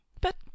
But